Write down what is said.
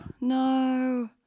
no